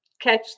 catch